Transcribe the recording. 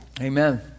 Amen